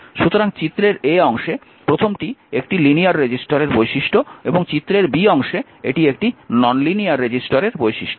সুতরাং চিত্রের অংশে প্রথমটি একটি লিনিয়ার রেজিস্টরের বৈশিষ্ট্য এবং চিত্রের অংশে এটি একটি নন লিনিয়ার রেজিস্টরের বৈশিষ্ট্য